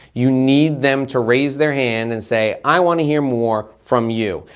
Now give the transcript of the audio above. you need them to raise their hand and say, i wanna hear more from you.